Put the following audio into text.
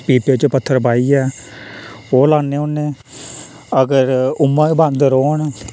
पीपे च पत्थर पाइयै ओह् लान्ने होन्ने अगर उ'यां गै बांदर औन